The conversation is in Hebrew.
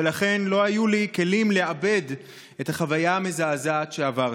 ולכן לא היו לי כלים לעבד את החוויה המזעזעת שעברתי.